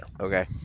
Okay